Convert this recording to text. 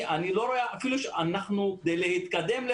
לפחות להתקדם,